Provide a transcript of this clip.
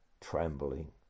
trembling